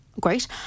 great